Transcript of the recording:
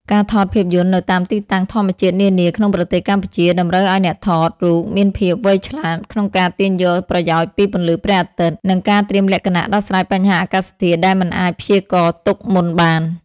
ការថតភាពយន្តនៅតាមទីតាំងធម្មជាតិនានាក្នុងប្រទេសកម្ពុជា តម្រូវឱ្យអ្នកថតរូបមានភាពវៃឆ្លាតក្នុងការទាញយកប្រយោជន៍ពីពន្លឺព្រះអាទិត្យ និងការត្រៀមលក្ខណៈដោះស្រាយបញ្ហាអាកាសធាតុដែលមិនអាចព្យាករណ៍ទុកមុនបាន។